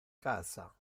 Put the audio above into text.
casa